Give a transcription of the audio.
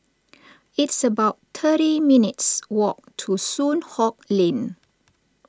it's about thirty minutes' walk to Soon Hock Lane